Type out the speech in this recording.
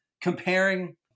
comparing